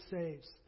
saves